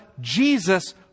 Jesus